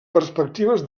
perspectives